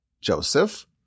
Joseph